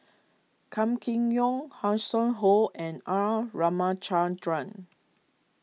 Kam Kee Yong Hanson Ho and R Ramachandran